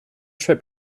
trip